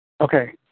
Okay